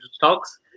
talks